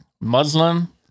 Muslim